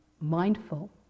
mindful